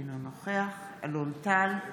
אינו נוכח אלון טל,